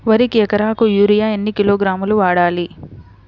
వరికి ఎకరాకు యూరియా ఎన్ని కిలోగ్రాములు వాడాలి?